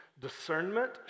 Discernment